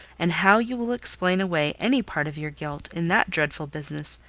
and how you will explain away any part of your guilt in that dreadful business,